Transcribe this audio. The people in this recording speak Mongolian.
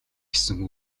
гэсэн